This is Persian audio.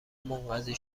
منقضی